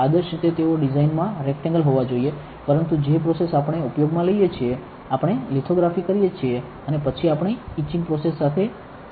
આદર્શ રીતે તેઓ ડિઝાઇનમાં પેરફેકટલી રેક્ટેંગલ હોવા જોઈએ પરંતુ જે પ્રોસેસ આપણે ઉપયોગમાં લઈએ છીએ આપણે લિથોગ્રાફી કરીએ છીએ અને પછી આપણે ઇચિંગ પ્રોસેસ સાથે ઇચ કરીએ છીએ